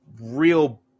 real